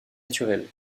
naturelle